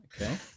okay